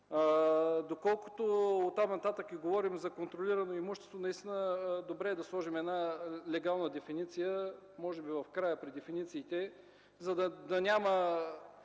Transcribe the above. Доколкото оттам нататък говорим за „контролирано имущество”, наистина е добре да сложим една легална дефиниция – може би в края при дефинициите, за да няма